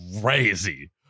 Crazy